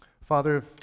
Father